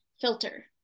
filter